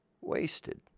wasted